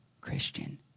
Christian